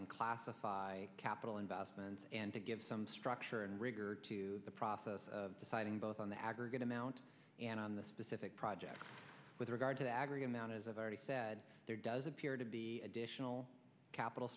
and classify capital investments and to give some structure and rigor to the process of deciding both on the aggregate amount and on the specific projects with regard to the aggregate amount as i've already said there does appear to be additional capital